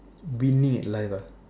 winning at life ah